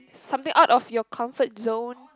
something out of your comfort zone